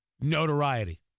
notoriety